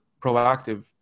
proactive